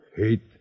Hate